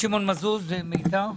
שמעון מזוז נמצא?